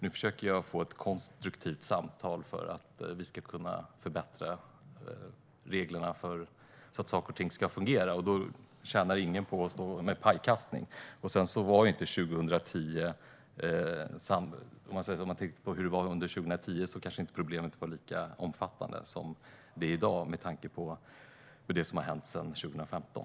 Nu försöker jag få ett konstruktivt samtal för att vi ska kunna förbättra reglerna så att saker och ting ska fungera. Då tjänar ingen på pajkastning. Om man tänker på hur det var 2010 kanske inte problemet var lika omfattande som det är i dag med tanke på det som har hänt sedan 2015.